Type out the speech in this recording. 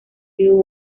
you